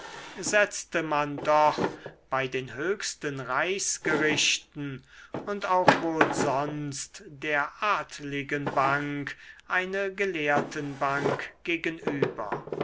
setzte man doch bei den höchsten reichsgerichten und auch wohl sonst der adligen bank eine gelehrtenbank gegenüber